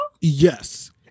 Yes